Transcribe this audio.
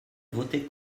voté